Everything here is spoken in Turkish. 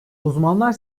uzmanlar